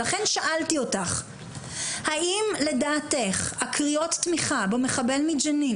ולכן שאלתי אותך האם לדעתך קריאות התמיכה במחבל מג'נין,